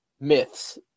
myths